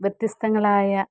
വ്യത്യസ്തങ്ങളായ